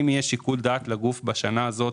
אם יהיה שיקול דעת לגוף בשנה הזאת